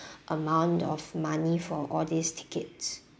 amount of money for all these tickets